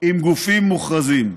עם גופים מוכרזים.